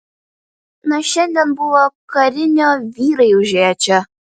na šiandien buvo karinio vyrai užėję čia